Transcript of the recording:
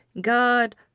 God